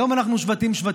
היום אנחנו שבטים-שבטים,